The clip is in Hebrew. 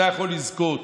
אתה יכול לזכות,